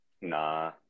Nah